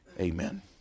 Amen